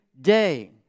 day